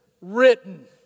written